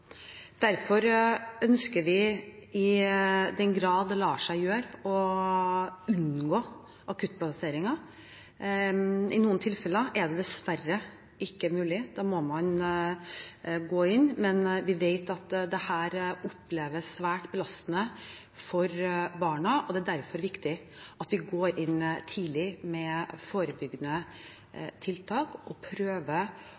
Derfor ønsker vi, i den grad det lar seg gjøre, å unngå akuttplasseringer. I noen tilfeller er det dessverre ikke mulig. Da må man gå inn. Men vi vet at dette oppleves svært belastende for barna, og det er derfor viktig at vi går inn tidlig med forebyggende